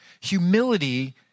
humility